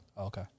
okay